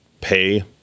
pay